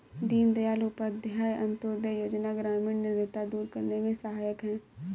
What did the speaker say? दीनदयाल उपाध्याय अंतोदय योजना ग्रामीण निर्धनता दूर करने में सहायक है